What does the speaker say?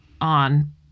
on